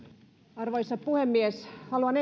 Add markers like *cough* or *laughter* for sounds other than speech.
arvoisa puhemies haluan *unintelligible*